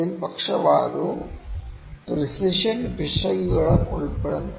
അതിൽ പക്ഷപാതവും പ്രെസിഷൻ പിശകുകളും ഉൾപ്പെടുന്നു